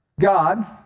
God